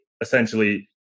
essentially